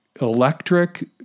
Electric